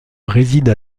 réside